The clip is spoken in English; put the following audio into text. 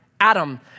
Adam